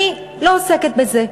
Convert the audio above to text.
אני לא עוסקת בזה.